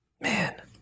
man